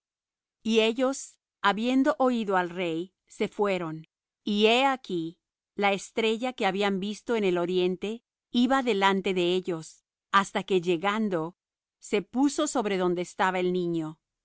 y ellos habiendo oído al rey se fueron y he aquí la estrella que habían visto en el oriente iba delante de ellos hasta que llegando se puso sobre donde estaba el niño